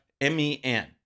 M-E-N